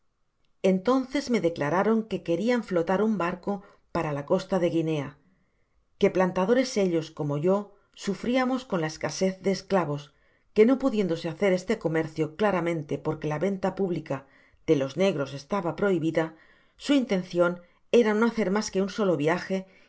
entonces me declararon que querian flotar un barco para la costa de guinea que plantadores ellos como yo sufriamos con la escasez de esclavos que no pudiéndose hacer este comercio claramente porque la venta pública de los negros estaba prohibida su intencion era no hacer mas que un solo viaje